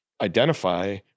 identify